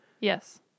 Yes